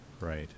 Right